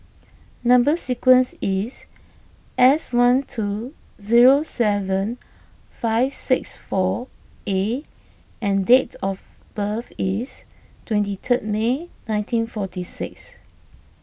Number Sequence is S one two zero seven five six four A and date of birth is twenty third May nineteen forty six